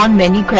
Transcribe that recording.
um many